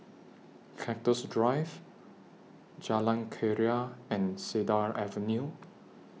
Cactus Drive Jalan Keria and Cedar Avenue